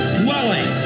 dwelling